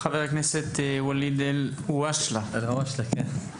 חבר הכנסת ואליד אל הואשלה, בבקשה.